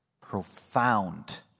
profound